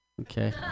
Okay